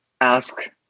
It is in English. ask